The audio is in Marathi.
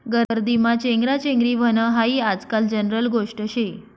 गर्दीमा चेंगराचेंगरी व्हनं हायी आजकाल जनरल गोष्ट शे